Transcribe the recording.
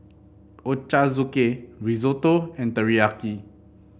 Ochazuke Risotto and Teriyaki